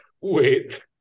wait